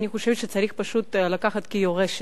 ואני חושבת שצריך פשוט לקחת אותו כירושה.